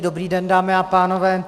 Dobrý den, dámy a pánové.